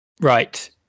right